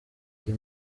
iyi